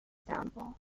downfall